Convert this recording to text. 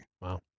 Wow